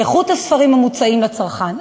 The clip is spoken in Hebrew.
למגוון ולאיכות הספרים המוצעים לצרכן.